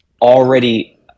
already